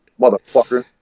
motherfucker